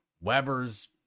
Weber's